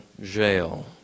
jail